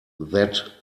that